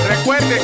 Recuerde